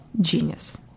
genius